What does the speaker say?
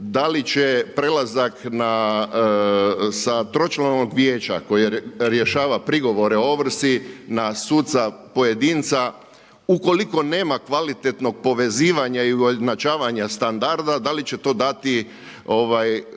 da li će prelazak sa tročlanog vijeća koje rješava prigovore o ovrsi na suca pojedinca ukoliko nema kvalitetno povezivanje i ujednačavanja standarda da li će to dati